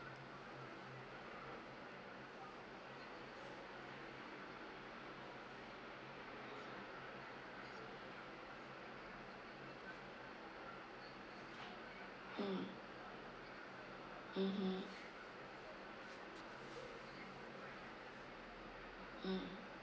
mm mmhmm mm